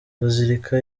bazilika